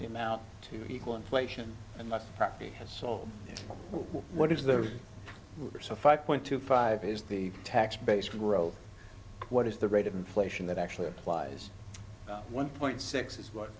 the amount to equal inflation and property has sold what is there are so five point two five is the tax base growth what is the rate of inflation that actually applies one point six is what